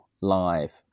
live